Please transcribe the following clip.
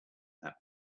that